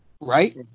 Right